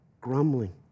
grumbling